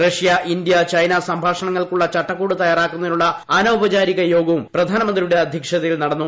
Russia India China സംഭാഷണങ്ങൾക്കുള്ള ചട്ടക്കൂട് തയ്യാറാകുന്നതിനുള്ള അനൌപചാരിക യോഗവും പ്രധാനമന്ത്രിയുടെ അദ്ധ്യക്ഷതയിൽ നടന്നു